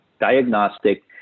diagnostic